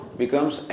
becomes